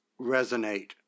resonate